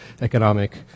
economic